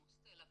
כמו סל"ע,